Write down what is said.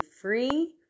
free